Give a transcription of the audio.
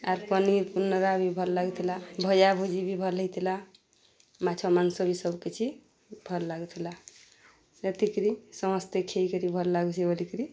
ଆର୍ ପନିର୍ ପୁନ୍ରା ବି ଭଲ୍ ଲାଗୁଥିଲା ଭଜା ଭୁଜି ବି ଭଲ୍ ହେଇଥିଲା ମାଛ ମାଂସ ବି ସବୁ କିିଛି ଭଲ୍ ଲାଗୁଥିଲା ସେତ୍କିରି ସମସ୍ତେ ଖଇକରି ଭଲ୍ ଲାଗୁଛେ ବୋଲିକିରି